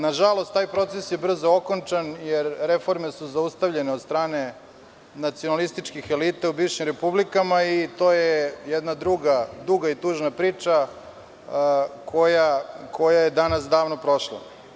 Nažalost, taj proces je brzo okončan jer su reforme zaustavljene od strane nacionalističkih elita u bivšim republikama i to je jedna druga, duga i tužna priča koja je danas davno prošla.